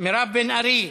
מירב בן ארי,